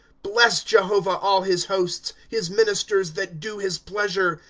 bless jehovah, all his hosts. his ministers, that do his pleasure.